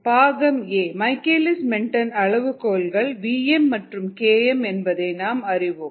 பாகம் a Michaelis Menten அளவுகோல்கள் vm மற்றும் Km என்பதை நாம் அறிவோம்